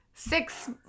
Six